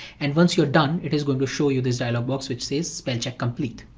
and once you're done it is going to show you this dialog box which says spell check complete.